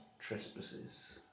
trespasses